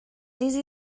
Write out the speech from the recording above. easy